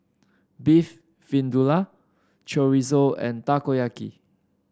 Beef Vindaloo Chorizo and Takoyaki